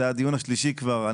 זה הדיון השלישי כבר.